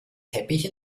teppich